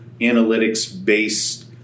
analytics-based